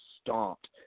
stomped